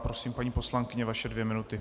Prosím, paní poslankyně, vaše dvě minuty.